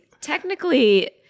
Technically